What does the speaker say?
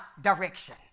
direction